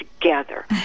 together